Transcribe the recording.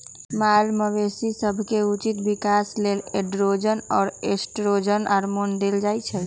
माल मवेशी सभके उचित विकास के लेल एंड्रोजन आऽ एस्ट्रोजन हार्मोन देल जाइ छइ